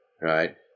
right